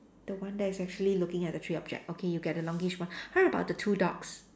the one that is actually looking at the three object okay you get the longish one how about the two dogs